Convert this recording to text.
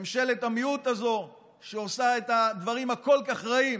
ממשלת המיעוט הזאת, שעושה את הדברים הכל-כך רעים,